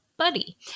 buddy